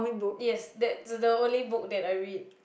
yes that's the only book that I read